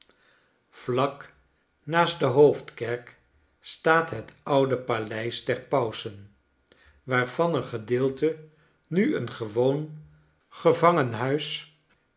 vlak naast de hoofdkerk staat het oude paleis der pausen waarvan een gedeelte nu een gewoon